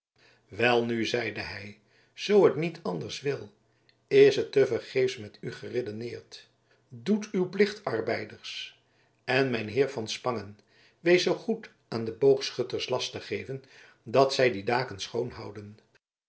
welnu zeide hij zoo het niet anders wil is het tevergeefs met u geredeneerd doet uw plicht arbeiders en mijn heer van spangen wees zoo goed aan de boogschutters last te geven dat zij die daken schoonhouden